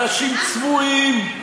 אנשים צבועים,